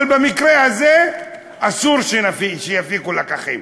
אבל במקרה הזה, אסור שיפיקו לקחים.